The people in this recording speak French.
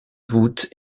voûte